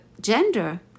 gender